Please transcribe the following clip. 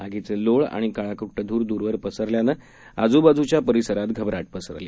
आगीचे लोळ आणि काळाकुट्ट धुर दूरवर पसरल्यानं आजूबाजूच्या परिसरात घबराट पसरली